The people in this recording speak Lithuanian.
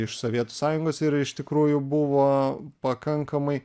iš sovietų sąjungos ir iš tikrųjų buvo pakankamai